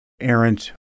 errant